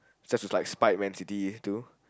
just to like spite man-city too